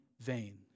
vain